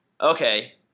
Okay